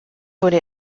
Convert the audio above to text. wurde